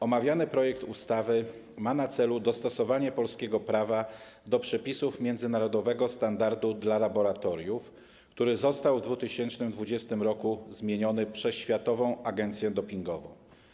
Omawiany projekt ustawy ma na celu dostosowanie polskiego prawa do przepisów międzynarodowego standardu dla laboratoriów, który w 2020 r. został zmieniony przez Światową Agencję Antydopingową.